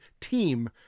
team